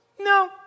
no